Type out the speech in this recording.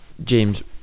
James